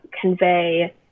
convey